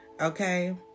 okay